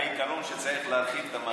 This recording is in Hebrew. העיקרון שצריך להרחיב את המעגלים הוא צודק.